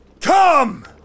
come